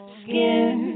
skin